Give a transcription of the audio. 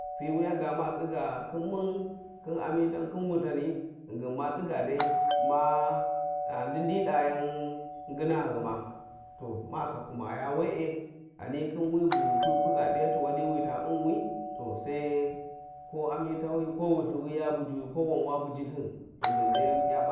fiwiya ga matsiga khin mun khin amutai khin wuthani ghingin ma tsagi dai ma ndindida yan ngina ghuma to ma sakumaya we`e ghani khin wi bu wi kwi kuza p`iyati wali wi ta u`ma to sai ko amitawi ko wulthuwiya bujuwi ko wan wa buji lthin gningin dai ya p`a.